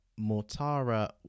Mortara